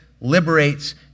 liberates